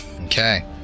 Okay